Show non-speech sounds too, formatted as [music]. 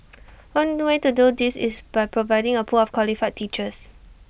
[noise] one way to do this is by providing A pool of qualified teachers